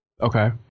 Okay